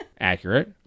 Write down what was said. Accurate